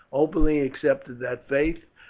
openly accepted that faith,